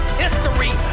history